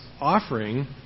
offering